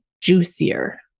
juicier